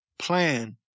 plan